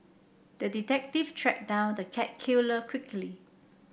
the detective tracked down the cat killer quickly